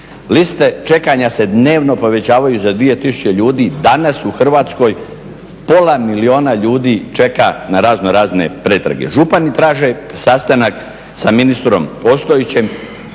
Liste čekanja se dnevno povećavaju za 2 tisuće ljudi, danas u Hrvatskoj pola milijuna ljudi čeka na raznorazne pretrage. Župani traže sastanak sa ministrom Ostojićem.